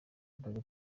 dore